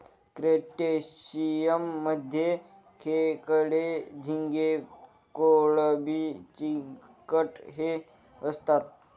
crustaceans मध्ये खेकडे, झिंगे, कोळंबी, चिंगट हे असतात